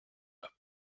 are